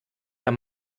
der